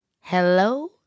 hello